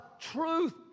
truth